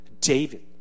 David